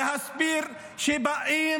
להסביר שבאים